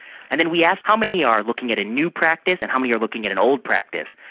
and then we asked how many are looking at a new practice and how many are looking at an old practice?